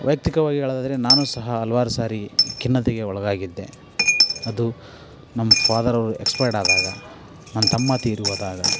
ವೈಯಕ್ತಿಕವಾಗಿ ಹೇಳೋದಾದರೆ ನಾನು ಸಹ ಹಲವಾರು ಸರಿ ಖಿನ್ನತೆಗೆ ಒಳಗಾಗಿದ್ದೆ ಅದು ನಮ್ಮ ಫಾದರವರು ಎಕ್ಸ್ಪೈಯರ್ಡ್ ಆದಾಗ ನನ್ನತಮ್ಮ ತೀರಿ ಹೋದಾಗ